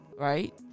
right